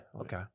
Okay